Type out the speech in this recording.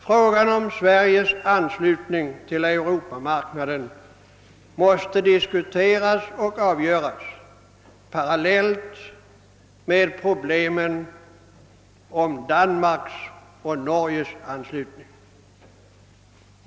Frågan om Sveriges anslutning till Europamarknaden måste diskuteras och avgöras parallellt med problemen kring Danmarks och Norges anslutning.